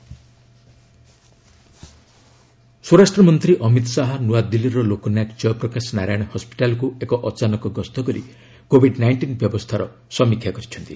HM CCTV ସ୍ୱରାଷ୍ଟ୍ରମନ୍ତ୍ରୀ ଅମିତ ଶାହା ନୂଆଦିଲ୍ଲୀର ଲୋକନାୟକ ଜୟପ୍ରକାଶ ନାରାୟଣ ହସ୍କିଟାଲକୁ ଏକ ଅଚାନକ ଗସ୍ତ କରି କୋଭିଡ୍ ନାଇଣ୍ଟିନ୍ ବ୍ୟବସ୍ଥାର ସମୀକ୍ଷା କରିଛନ୍ତି